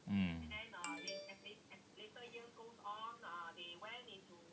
mm